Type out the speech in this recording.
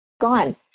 gone